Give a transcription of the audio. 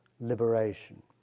liberation